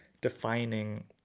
defining